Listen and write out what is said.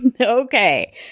Okay